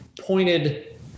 pointed